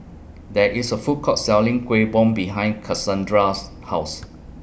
There IS A Food Court Selling Kueh Bom behind Cassondra's House